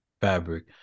fabric